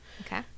Okay